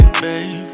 babe